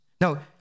Now